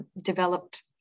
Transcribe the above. developed